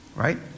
Right